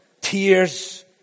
Tears